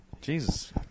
Jesus